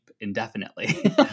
indefinitely